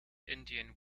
indian